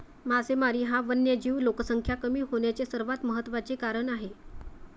मासेमारी हा सागरी वन्यजीव लोकसंख्या कमी होण्याचे सर्वात महत्त्वाचे कारण आहे